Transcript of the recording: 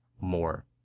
more